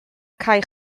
cae